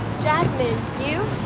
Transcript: jasmine, you?